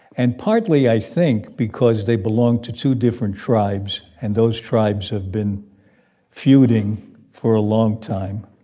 and partly, i think, because they belong to two different tribes. and those tribes have been feuding for a long time,